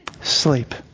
sleep